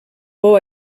fou